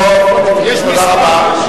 תודה רבה.